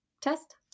test